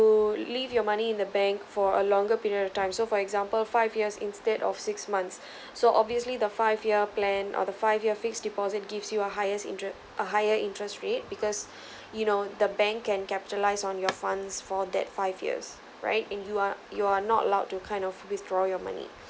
you leave your money in the bank for a longer period of time so for example five years instead of six months so obviously the five year plan or the five year fixed deposit gives you a highest inter~ a higher interest rate because you know the bank can capitalize on your funds for that five years right and you are you are not allowed to kind of withdraw your money